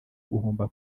guhomba